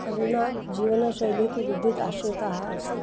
अधुना जीवनशैली तु विद्युताश्रिता अस्ति